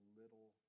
little